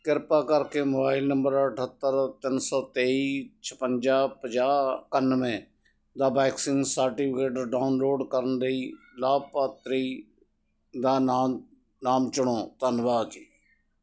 ਕਿਰਪਾ ਕਰਕੇ mobile number ਅਠਹੱਤਰ ਤਿੰਨ ਸੌ ਤੇਈ ਛਪੰਜਾ ਪੰਜਾਹ ਇਕਾਨਵੇਂ ਦਾ ਵੈਕਸੀਨ ਸਰਟੀਫਿਕੇਟ ਡਾਊਨਲੋਡ ਕਰਨ ਲਈ ਲਾਭਪਾਤਰੀ ਦਾ ਨਾਮ ਨਾਮ ਚੁਣੋ ਧੰਨਵਾਦ ਜੀ